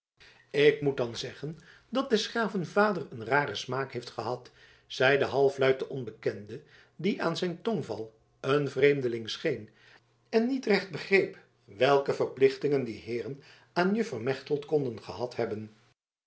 ik moet dan zeggen dat des graven vader een raren smaak heeft gehad zeide halfluid de onbekende die aan zijn tongval een vreemdeling scheen en niet recht begreep welke verplichtingen die heeren aan juffer mechtelt konden gehad hebben